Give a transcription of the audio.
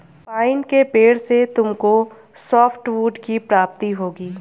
pine के पेड़ से तुमको सॉफ्टवुड की प्राप्ति होगी